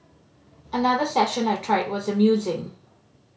another session I tried was amusing